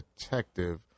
detective